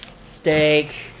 Steak